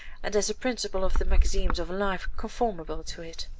and as a principle of the maxims of a life conformable to it.